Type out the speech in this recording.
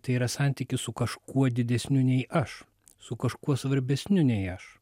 tai yra santykis su kažkuo didesniu nei aš su kažkuo svarbesniu nei aš